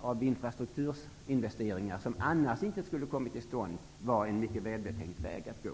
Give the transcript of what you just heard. av infrastrukturinvesteringar, som annars inte skulle ha kommit till stånd, var en mycket välbetänkt väg att gå.